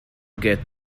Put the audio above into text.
get